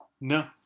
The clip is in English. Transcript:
No